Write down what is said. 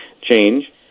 change